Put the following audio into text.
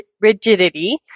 rigidity